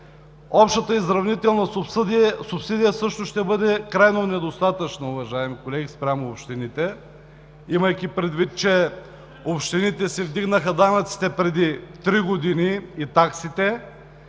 Общата изравнителна субсидия също ще бъде крайно недостатъчна, уважаеми колеги, спрямо общините, имайки предвид, че те си вдигнаха данъците и таксите